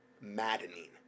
maddening